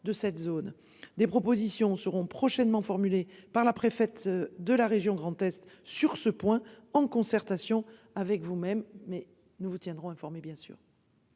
Des propositions seront prochainement formulée par la préfète de la région Grand-Est sur ce point en concertation avec vous-même